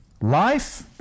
Life